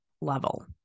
level